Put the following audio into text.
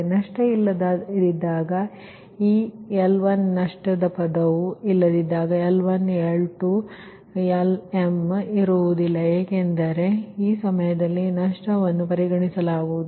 ನಷ್ಟ ಇಲ್ಲದಿದ್ದಾಗ ಈ L1 ನಷ್ಟದ ಪದವು ಇಲ್ಲದಿದ್ದಾಗ L1L2Lm ಇರುವುದಿಲ್ಲ ಏಕೆಂದರೆ ಆ ಸಮಯದಲ್ಲಿ ನಷ್ಟವನ್ನು ಪರಿಗಣಿಸಲಾಗಿಲ್ಲ